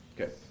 Okay